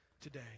today